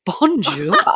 Bonjour